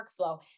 workflow